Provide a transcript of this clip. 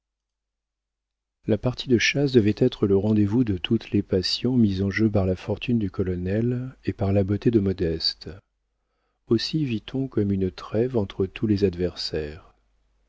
la partie de chasse devait être le rendez-vous de toutes les passions mises en jeu par la fortune du colonel et par la beauté de modeste aussi vit-on comme une trêve entre tous les adversaires